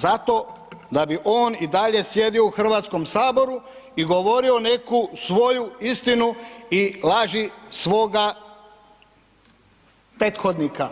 Zato da bi on i dalje sjedio u Hrvatskom saboru i govorio neku svoju istinu i laži svoga prethodnika